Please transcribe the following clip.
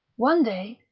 one day,